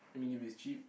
and if it's cheap